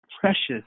Precious